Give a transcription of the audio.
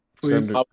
Please